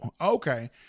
Okay